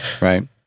Right